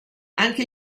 anche